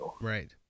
right